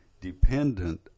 dependent